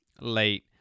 late